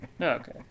okay